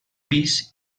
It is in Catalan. pis